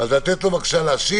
איך יכול להיות שבא פרקליט המדינה,